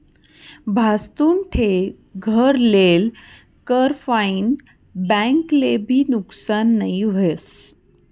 भाजतुन ठे घर लेल कर फाईन बैंक ले भी नुकसान नई व्हस